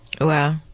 wow